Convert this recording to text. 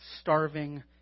starving